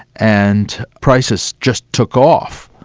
and prices just took off.